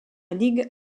ligue